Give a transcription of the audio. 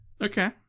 Okay